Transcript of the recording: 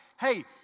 hey